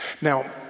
Now